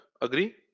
agree